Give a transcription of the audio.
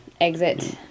exit